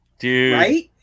dude